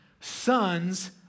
sons